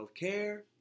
Healthcare